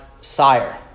Sire